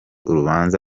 urubanza